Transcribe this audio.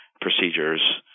procedures